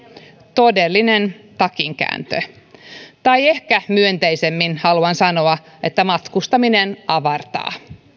todellinen takinkääntö tai ehkä myönteisemmin haluan sanoa että matkustaminen avartaa